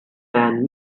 man